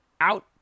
out